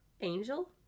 Angel